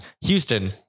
Houston